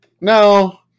No